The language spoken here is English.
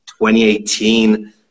2018